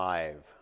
Five